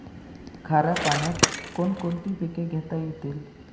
खाऱ्या पाण्यात कोण कोणती पिके घेता येतील?